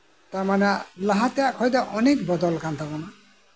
ᱛᱟᱨᱢᱟᱱᱮ ᱞᱟᱦᱟᱛᱮ ᱠᱷᱚᱡ ᱫᱚ ᱚᱱᱮᱠ ᱵᱚᱫᱚᱞ ᱟᱠᱟᱱᱛᱟᱵᱳᱱᱟ